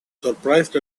surprised